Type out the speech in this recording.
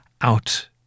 out